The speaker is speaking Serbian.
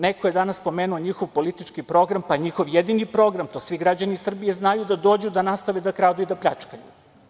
Neko je danas spomenuo njihov politički program, pa njihov jedini program, to svi građani Srbije znaju, je da dođu i da nastave da kradu i da pljačkaju.